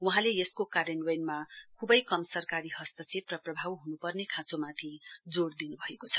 वहाँले यसको कार्यन्वयनमा खुवै कम सरकारी हस्तक्षेप र प्रभाव हनुपर्ने खाँचोमाथि जोड़ दिनुभएको छ